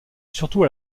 surtout